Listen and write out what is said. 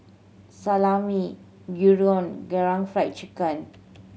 Salami Gyudon Karaage Fried Chicken